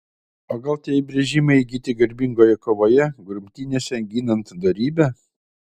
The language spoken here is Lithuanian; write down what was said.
o gal tie įbrėžimai įgyti garbingoje kovoje grumtynėse ginant dorybę